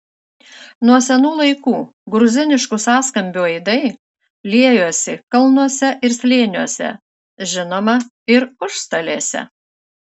nuo senų laikų gruziniškų sąskambių aidai liejosi kalnuose ir slėniuose žinoma ir užstalėse